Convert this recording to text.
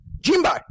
Jimbo